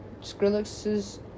Skrillex's